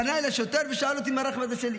פנה אליי שוטר ושאל אותי אם הרכב הזה שלי.